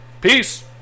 Peace